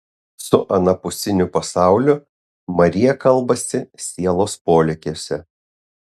su anapusiniu pasauliu marija kalbasi sielos polėkiuose